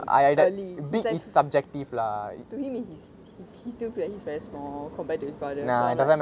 ideally to him he's he's still he still feels that he's very small compared to his father so it's like